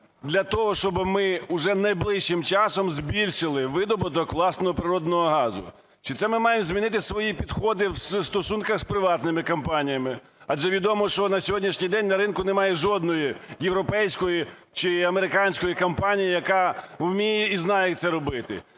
для того, щоб ми вже найближчим часом збільшили видобуток власного природного газу? Чи це ми маємо змінити свої підходи в стосунках з приватними компаніями? Адже відомо, що сьогодні на ринку немає жодної європейської чи американської компанії, яка вміє і знає як це робити.